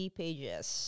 pages